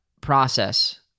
process